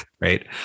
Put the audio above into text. right